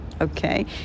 Okay